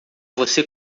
você